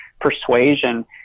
persuasion